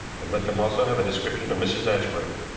and let them also have a description of mrs. ashworth.